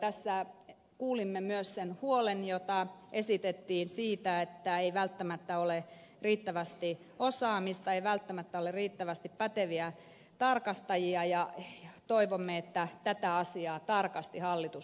tässä kuulimme myös sen huolen jota esitettiin siitä että ei välttämättä ole riittävästi osaamista ei välttämättä ole riittävästi päteviä tarkastajia ja toivomme että tätä asiaa tarkasti hallitus myöskin seuraa